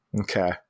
Okay